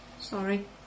Sorry